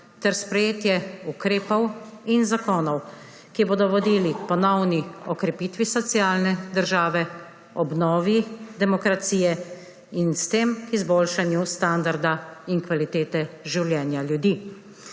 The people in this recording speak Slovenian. ter sprejetje ukrepov in zakonov, ki bodo vodili k ponovni okrepitvi socialne države, obnovi demokracije in s tem k izboljšanju standarda in kvalitete življenja ljudi.